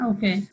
Okay